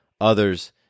others